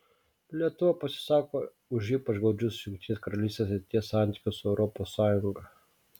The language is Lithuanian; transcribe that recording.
lietuva pasisako už ypač glaudžius jungtinės karalystės ateities santykius su europos sąjunga